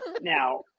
Now